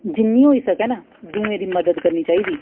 जिन्नी होई सकै ना दूएं दी मदद करनी चाहिदी